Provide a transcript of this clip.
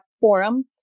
forum